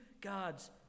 God's